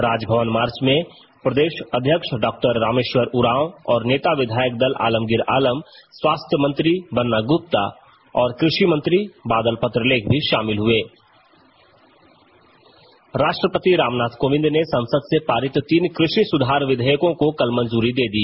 राजभवन मार्च में प्रदेश अध्यक्ष डॉरामेश्वर उराँव और नेता विधायक दल आलमगीर आलम स्वास्थ मंत्री बन्ना ग्प्ता और कृषि मंत्री बादल पत्रलेख भी शामिल हुए राष्ट्रपति रामनाथ कोविंद ने संसद से पारित तीन कृषि सुधार विधेयकों को कल मंजूरी दे दी